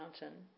mountain